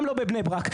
גם לא בבני ברק.